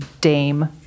Dame